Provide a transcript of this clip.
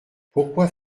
pourquoi